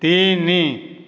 ତିନି